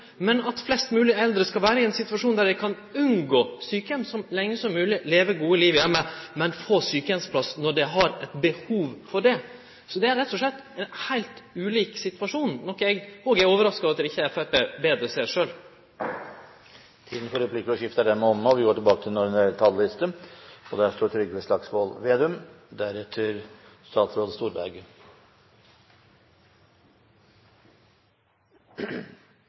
men at flest mogleg eldre skal vere i ein situasjon der dei kan unngå sjukeheim så lenge som mogleg, leve gode liv heime og få sjukeheimsplass når dei har behov for det. Det er rett og slett ein heilt ulik situasjon, noko eg er overraska over at Framstegspartiet ikkje ser sjølv. Replikkordskiftet er omme. Det går en linje fra eidsvollsmennene på bildet bak meg til oss. På bildet snur Christie seg og ser ned på oss som sitter i dagens storting. Symbolikken i bildet er: Nå har vi